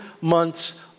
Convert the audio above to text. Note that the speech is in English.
months